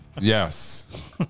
Yes